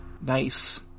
Nice